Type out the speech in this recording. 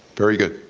very good.